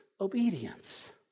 obedience